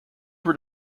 were